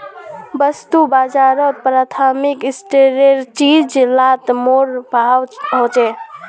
वास्तु बाजारोत प्राथमिक स्तरेर चीज़ लात मोल भाव होछे